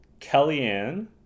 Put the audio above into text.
Kellyanne